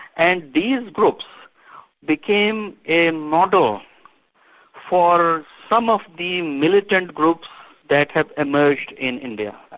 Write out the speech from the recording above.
and these groups became a model for some of the militant groups that have emerged in india,